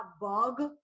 bug